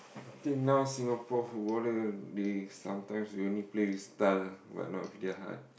think now Singapore footballer they sometimes they only play with style but not with their heart